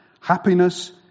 happiness